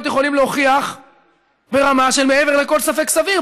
יכולים להוכיח ברמה של מעבר לכל ספק סביר.